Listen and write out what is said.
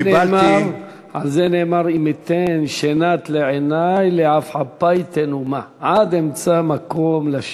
על זה נאמר: "אם אתן שנת לעיני לעפעפי תנומה עד אמצא מקום לה'".